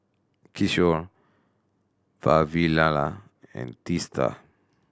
Kishore Vavilala and Teesta